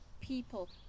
people